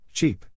Cheap